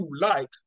light